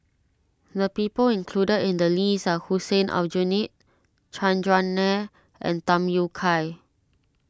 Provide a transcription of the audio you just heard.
the people included in the list are Hussein Aljunied Chandran Nair and Tham Yui Kai